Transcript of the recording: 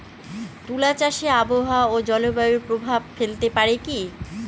তুলা চাষে আবহাওয়া ও জলবায়ু প্রভাব ফেলতে পারে কি?